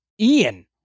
Ian